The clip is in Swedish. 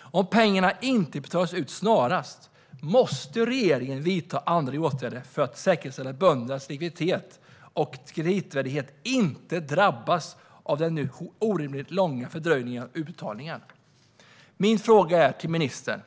Om pengarna inte snarast betalas ut måste regeringen vidta andra åtgärder för att säkerställa att böndernas likviditet och kreditvärdighet inte drabbas av den nu orimligt långa fördröjningen av utbetalningen. Min fråga till ministern är: